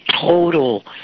total